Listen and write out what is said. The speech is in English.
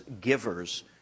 givers